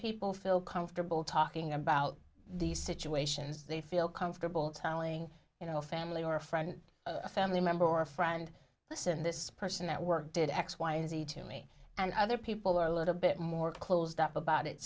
people feel comfortable talking about these situations they feel comfortable telling you no family or friend a family member or friend listen this person that work did x y and z to me and other people are a little bit more closed up about it